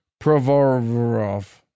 provorov